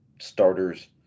starters